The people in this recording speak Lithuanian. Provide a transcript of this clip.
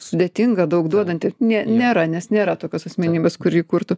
sudėtinga daug duodanti ne nėra nes nėra tokios asmenybės kuri kurtų